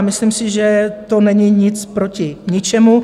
A myslím si, že to není nic proti ničemu.